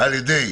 על ידי